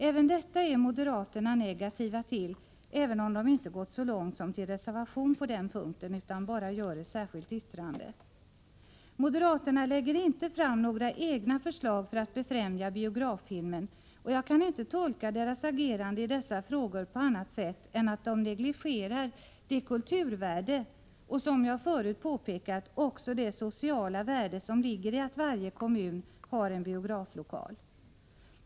Även detta är moderaterna negativa till, även om de inte gått så långt som till reservation på den punkten utan bara framställt ett särskilt yttrande. Moderaterna lägger inte fram några egna förslag för att befrämja biograffilmen. Jag kan inte tolka deras agerande i dessa frågor på annat sätt än att de negligerar det kulturvärde och — som jag förut påpekat — också det sociala värde som ligger i att varje kommun har en biograflokal.